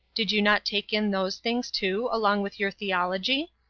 did you not take in those things, too, along with your theology?